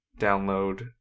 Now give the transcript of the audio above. download